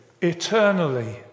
eternally